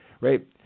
Right